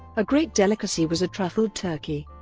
a great delicacy was a truffled turkey.